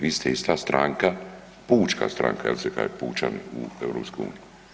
Vi ste ista stranka pučka stranka, jer se kaže pučani u EU.